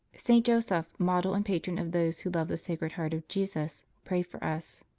saint joseph, model and patron of those who love the sacred heart of jesus, pray for us.